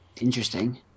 Interesting